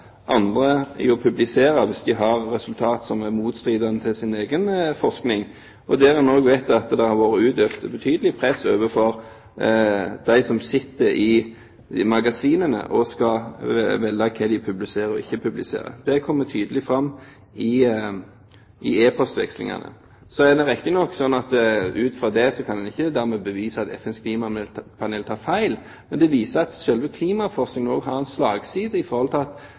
andre i å publisere hvis de har resultater som er motstridende til sin egen forskning. Man vet også at det har vært utøvd betydelig press overfor dem som sitter i magasinene og som skal velge hva som skal publiseres og ikke publiseres – det er kommet tydelig fram i e-postutvekslingene. Det er riktignok slik at man ut fra dette dermed ikke kan bevise at FNs klimapanel tar feil, men det viser at selve klimaforskningen også har en slagside, fordi ressurser kanaliseres i enkelte retninger, og at